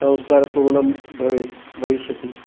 संस्कारपूर्णं भवेत् भविष्यति